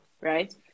right